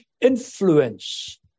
influence